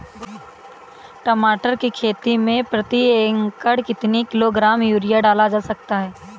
टमाटर की खेती में प्रति एकड़ कितनी किलो ग्राम यूरिया डाला जा सकता है?